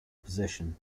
position